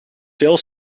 veel